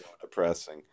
depressing